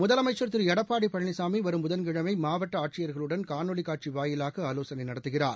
முதலமைச்சள் திரு எடப்பாடி பழனிசாமி வரும் புதன்கிழமை மாவட்ட ஆட்சியர்களுடன் காணொலி காட்சி வாயிலாக ஆலோசனை நடத்துகிறார்